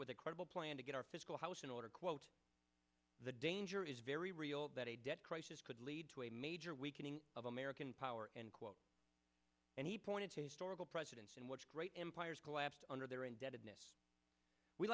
with a credible plan to get our fiscal house in order quote the danger is very real that a debt crisis could lead to a major weakening of american power end quote and he pointed to historical precedents in which great empires collapsed under their indebted